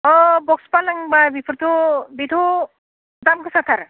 अ box फालेंब्ला बिफोरथ' बिथ' दाम गोसाथार